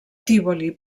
tívoli